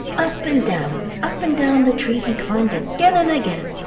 up and down, up and down the tree he climbed again and again,